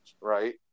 right